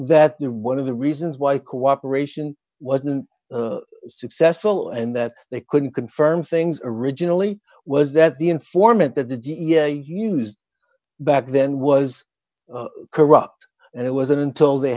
that one of the reasons why cooperation wasn't successful and that they couldn't confirm things originally was that the informant that the d n a used back then was corrupt and it wasn't until they